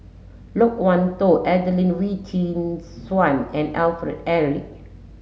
Loke Wan Tho Adelene Wee Chin Suan and Alfred Eric